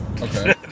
Okay